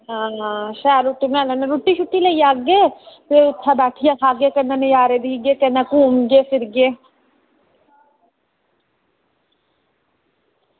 आं शैल रुट्टी बनाने होने रुट्टी लेई जाह्गे ते बेहियै खाह्गे कन्नै उत्थें बैठियै नज़ारे दिक्खगे घुम्मगे